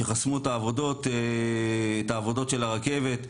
שחסמו את העבודות של הרכבת,